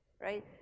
right